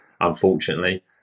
unfortunately